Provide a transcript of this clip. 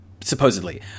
supposedly